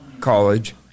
College